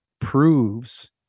proves